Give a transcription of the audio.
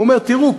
הוא אומר: תראו,